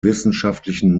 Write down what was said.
wissenschaftlichen